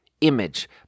image